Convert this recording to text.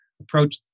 approach